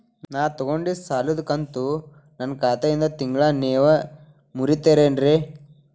ನಾ ತೊಗೊಂಡಿದ್ದ ಸಾಲದ ಕಂತು ನನ್ನ ಖಾತೆಯಿಂದ ತಿಂಗಳಾ ನೇವ್ ಮುರೇತೇರೇನ್ರೇ?